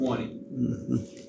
twenty